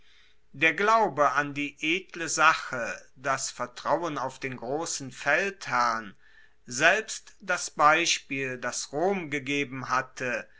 der glaube an die edle sache das vertrauen auf den grossen feldherrn selbst das beispiel das rom gegeben hatte